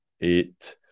eight